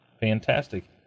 fantastic